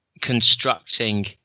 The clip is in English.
constructing